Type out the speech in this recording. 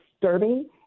disturbing